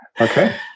Okay